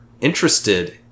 interested